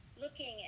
looking